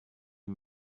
les